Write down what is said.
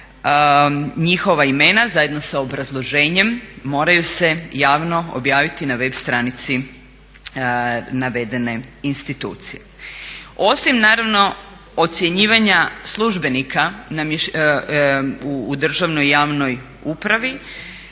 njihova imena zajedno sa obrazloženjem moraju se javno objaviti na web stranici navedene institucije. Osim naravno ocjenjivanja službenika u državnoj i javnoj upravi,